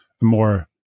more